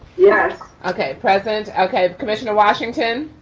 yes. okay, present. okay, commissioner washington.